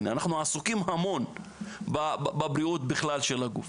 אנחנו עסוקים המון בבריאות בכלל של הגוף